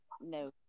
No